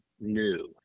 new